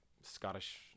Scottish